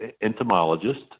entomologist